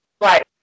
Right